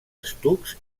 estucs